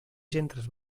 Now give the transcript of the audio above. centres